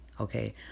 Okay